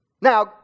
Now